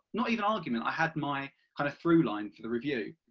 not even argument, i had my kind of through line for the review.